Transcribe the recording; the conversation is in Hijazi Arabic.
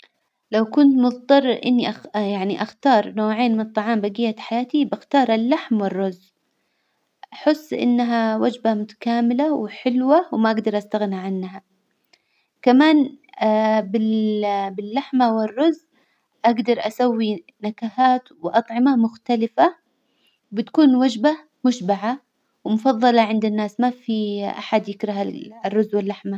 لو كنت مضطر إني يعني أختار نوعين من الطعام بجية حياتي بختار اللحم والرز، أحس إنها وجبة متكاملة وحلوة وما أجدر أستغنى عنها، كمان بال- باللحمة والرز أجدر أسوي نكهات وأطعمة مختلفة، بتكون وجبة مشبعة ومفظلة عند الناس، ما في أحد ي- يكره الرز واللحمة.